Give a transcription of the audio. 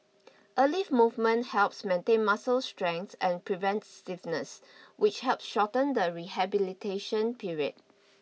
early movement helps maintain muscle strength and prevents stiffness which help shorten the rehabilitation period